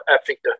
Africa